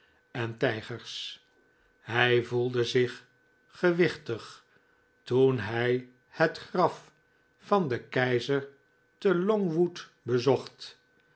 en tijgers hij voelde zich gewichtig toen hij het graf van den keizer te longwood bezocht